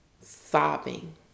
sobbing